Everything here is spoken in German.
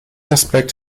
aspekt